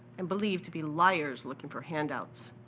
and believed to be liars looking for handouts.